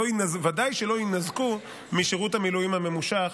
ודאי שלא יינזקו משירות המילואים הממושך,